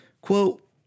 Quote